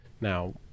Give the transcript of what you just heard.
now